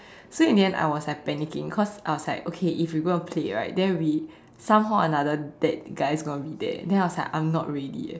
so in the end I was like panicking cause I was like okay if we gonna play right then we somehow another that guy's gonna be there then I was like I'm not ready eh